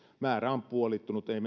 määrä on puolittunut ei